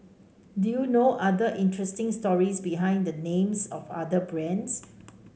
do you know other interesting stories behind the names of other brands